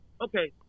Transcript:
Okay